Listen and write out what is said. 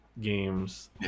games